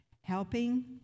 helping